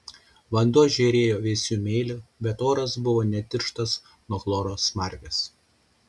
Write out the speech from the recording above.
vanduo žėrėjo vėsiu mėliu bet oras buvo net tirštas nuo chloro smarvės